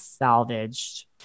salvaged